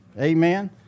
Amen